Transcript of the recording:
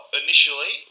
initially